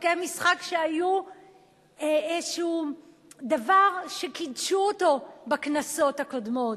חוקי משחק שהיו איזשהו דבר שקידשו אותו בכנסות הקודמות.